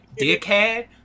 dickhead